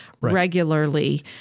regularly